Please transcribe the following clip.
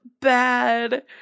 bad